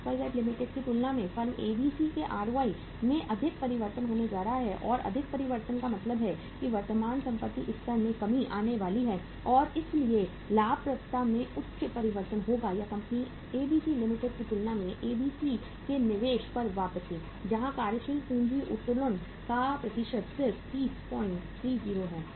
XYZ limited की तुलना में फर्म एबीसी के आरओआई में अधिक परिवर्तन होने जा रहा है और अधिक परिवर्तन का मतलब है कि वर्तमान संपत्ति स्तर में कमी आने वाली है इसलिए लाभप्रदता में उच्च परिवर्तन होगा या कंपनी एबीसी लिमिटेड की तुलना में एबीसी के निवेश पर वापसी जहां कार्यशील पूंजी उत्तोलन का प्रतिशत सिर्फ 3030 है